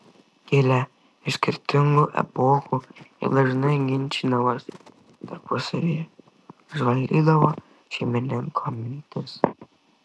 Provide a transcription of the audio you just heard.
kilę iš skirtingų epochų jie dažnai ginčydavosi tarpusavyje užvaldydavo šeimininko mintis